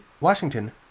Washington